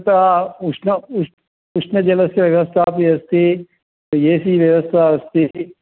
तत्र उष्ण उष्ण उष्णजलस्य व्यवस्था अपि अस्ति ए सि व्यवस्था अस्ति